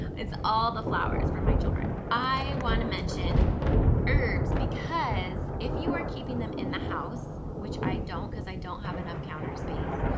it's all the flowers for my children. i wanna mention herbs because if you are keeping them in the house, which i don't cause i don't have enough counter space,